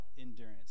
endurance